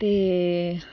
ते